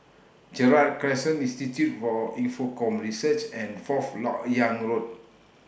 Gerald Crescent Institute For Infocomm Research and Fourth Lok Yang Road